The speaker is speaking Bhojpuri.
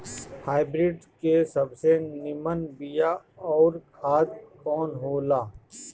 हाइब्रिड के सबसे नीमन बीया अउर खाद कवन हो ला?